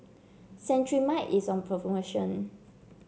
Cetrimide is on promotion